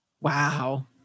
Wow